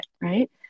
Right